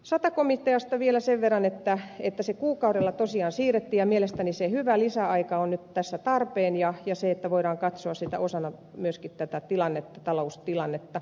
sata komiteasta vielä sen verran että sitä kuukaudella tosiaan siirrettiin ja mielestäni se hyvä lisäaika on nyt tässä tarpeen ja voidaan katsoa sitä osana myöskin tätä taloustilannetta